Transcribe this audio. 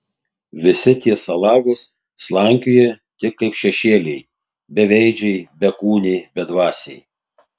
visi tie salagos slankioja tik kaip šešėliai beveidžiai bekūniai bedvasiai